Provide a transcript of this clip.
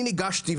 אני ניגשתי,